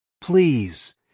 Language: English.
Please